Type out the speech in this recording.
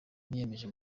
niyemeje